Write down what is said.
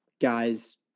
guys